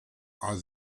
are